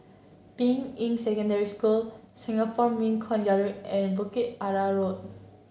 Ping Yi Secondary School Singapore Mint Coin Gallery and Bukit Arang Road